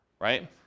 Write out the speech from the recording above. right